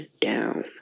down